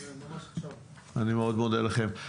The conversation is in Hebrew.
אני מאוד מודה לכם,